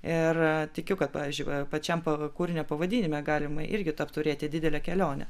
ir tikiu kad pavyzdžiui va pačiam kūrinio pavadinime galima irgi apturėti didelę kelionę